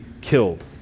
killed